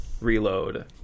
reload